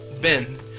Ben